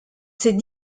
ses